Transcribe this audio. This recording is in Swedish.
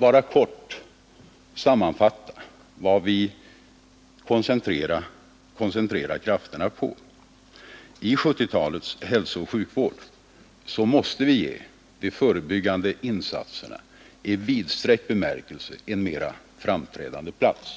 helt kort sammanfatta vad vi koncentrerar krafterna på. I 1970-talets hälsooch sjukvård måste vi ge de förebyggande insatserna i vidsträckt bemärkelse en mera framträdande plats.